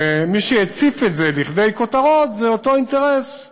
ומי שהציף את זה לכדי כותרות, זה אותו אינטרס,